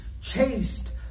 chased